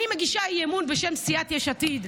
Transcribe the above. אני מגישה אי-אמון בשם סיעת יש עתיד.